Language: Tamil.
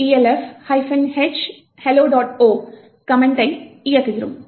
o கமெண்டை இயக்குகிறோம்